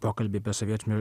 pokalbiai apie sovietinio